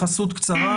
קדימה,